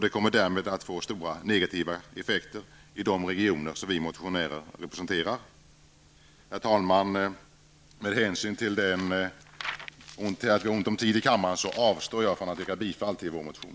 Det kommer därmed att få stora negativa effekter i de regioner som vi motionärer representerar. Herr talman! Med hänsyn till att vi har ont om tid i kammaren avstår jag från att yrka bifall till vår motion.